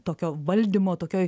tokio valdymo tokioj